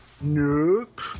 Nope